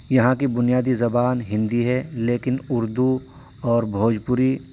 یہاں کہ بنیادی زبان ہندی ہے لیکن اردو اور بھوجپوری